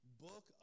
book